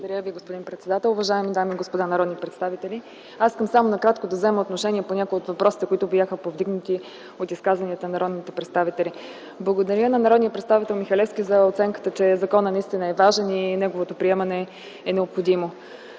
Уважаеми господин председател, уважаеми дами и господа народни представители! Аз искам накратко да взема отношение по някои от въпросите, които бяха повдигнати от изказванията на народните представители. Благодаря на народния представител Михалевски за оценката, че законът наистина е важен и неговото приемане е необходимо.